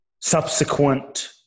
subsequent